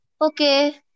Okay